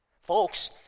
Folks